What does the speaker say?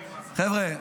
חבר'ה,